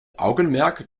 augenmerk